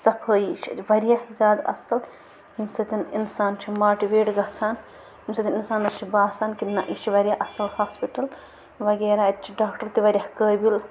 صفٲیی چھِ اَتہِ واریاہ زیادٕ اَصٕل ییٚمہِ سۭتۍ اِنسان چھُ ماٹِویٹ گَژھان ییٚمہِ سۭتۍ اِنسانَس چھِ باسان کہِ نَہ یہِ چھِ واریاہ اَصٕل ہاسپِٹَل وغیرہ اَتہِ چھِ ڈاکٹر تہِ واریاہ قٲبِل